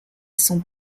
sont